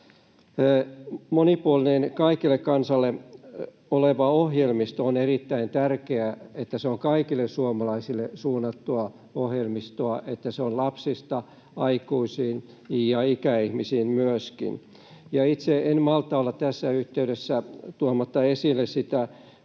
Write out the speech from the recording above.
monipuolinen kaikelle kansalle oleva ohjelmisto, se, että se on kaikille suomalaisille suunnattua ohjelmistoa, että se on lapsista aikuisiin ja ikäihmisiin myöskin. Itse en malta olla tässä yhteydessä tuomatta esille